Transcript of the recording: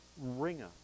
ringer